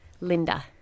Linda